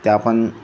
तेव्हा पण